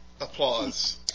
applause